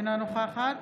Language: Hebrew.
אינה נוכחת